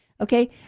Okay